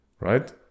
right